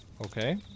okay